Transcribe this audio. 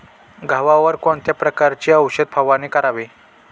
गव्हावर कोणत्या प्रकारची औषध फवारणी करावी?